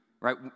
right